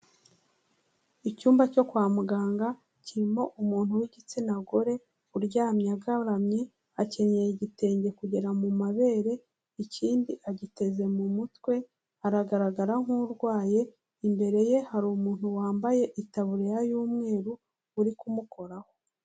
Icyumba cyo kwa muganga, kirimo umuntu w'igitsina gore, uryamye agaramye, akenye igitenge kugera mu mabere, ikindi agiteze mu mutwe, aragaragara nk'urwaye, imbere ye hari umuntu wambaye itaburiya y'umweru, uri kumukoraho.